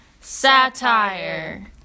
Satire